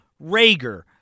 Rager